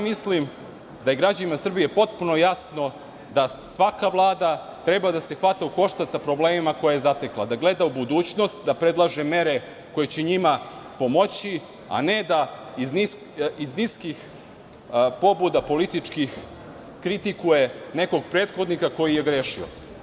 Mislim da je građanima Srbije potpuno jasno da svaka Vlada treba da se hvata u koštac sa problemima koje zatekne, da gleda u budućnost, da predlaže mere koje će njima pomoći , a ne da iz niskih pobuda političkih kritikuje nekog prethodnika koji je grešio.